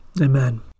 Amen